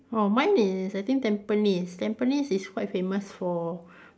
orh mine is I think Tampines Tampines is quite famous for